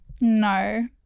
No